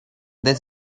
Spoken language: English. this